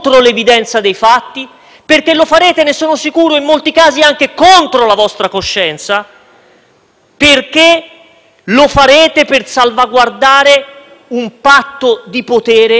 perché lo farete per salvaguardare un patto di potere e una spartizione di potere che non ha niente di nobile e che ha molto di immorale.